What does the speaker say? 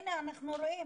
הנה, אנחנו רואים.